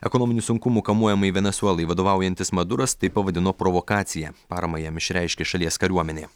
ekonominių sunkumų kamuojamai venesuelai vadovaujantis maduras tai pavadino provokacija paramą jam išreiškė šalies kariuomenė